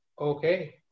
Okay